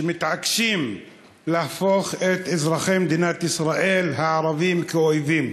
שמתעקשת להפוך את אזרחי מדינת ישראל הערבים לאויבים,